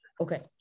okay